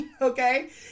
Okay